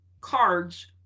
cards